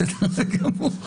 בסדר גמור.